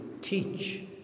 teach